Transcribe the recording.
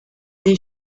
des